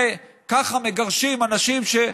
ככה מגרשים אנשים.